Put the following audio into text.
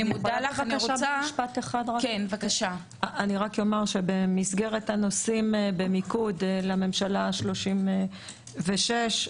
אני רק אומר שבמסגרת הנושאים במיקוד לממשלה ה-36,